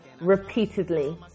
repeatedly